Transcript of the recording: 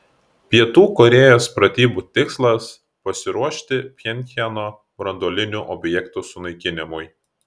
pietų korėjos pratybų tikslas pasiruošti pchenjano branduolinių objektų sunaikinimui